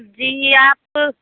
جی آپ